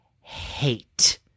hate